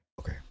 Okay